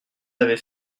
avait